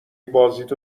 بازیتو